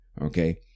okay